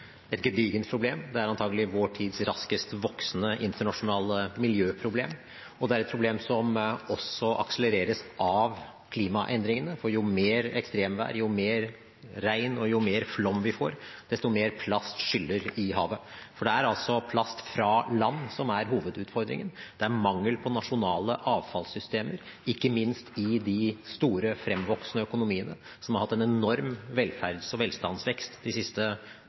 et gedigent problem. Det er antakelig vår tids raskest voksende internasjonale miljøproblem. Det er et problem som også akselereres av klimaendringene. Jo mer ekstremvær, jo mer regn og jo mer flom vi får, desto mer plast skylles ut i havet. For det er plast fra land som er hovedutfordringen. Det er mangel på nasjonale avfallssystemer, ikke minst i de store fremvoksende økonomiene, som har hatt en enorm velferds- og velstandsvekst de siste